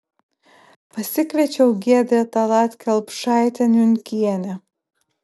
pasikviečiau giedrę tallat kelpšaitę niunkienę